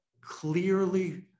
clearly